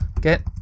Get